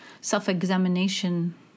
self-examination